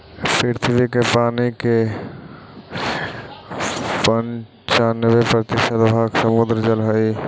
पृथ्वी के पानी के पनचान्बे प्रतिशत भाग समुद्र जल हई